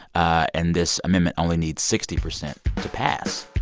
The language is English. and this amendment only needs sixty percent to pass